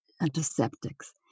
antiseptics